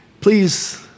please